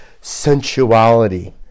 sensuality